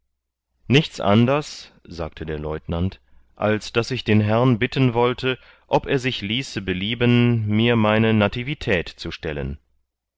nichts anders sagte der leutenant als daß ich den herrn bitten wollte ob er sich ließe belieben mir meine nativität zu stellen